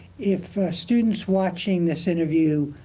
if students watching this interview